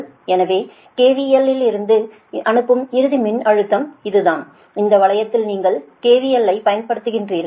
எனவே KVL இலிருந்து அனுப்பும் இறுதி மின்னழுத்தம் இதுதான் இந்த வளையத்தில் நீங்கள் KVL ஐ பயன்படுத்துகிறீர்கள்